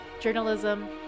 journalism